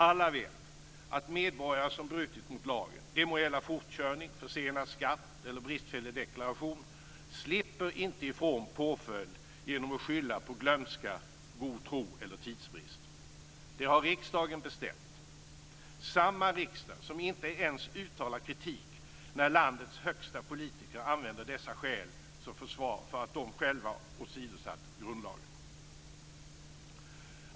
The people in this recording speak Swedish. Alla vet att medborgare som brutit mot lagen - det må gälla fortkörning, försenad skatteinbetalning eller bristande deklaration - slipper inte ifrån påföljd genom att skylla på glömska, god tro eller tidsbrist. Det har riksdagen bestämt, samma riksdag som inte ens uttalar kritik när landets högsta politiker använder dessa skäl som försvar för att de själva åsidosatt grundlagen.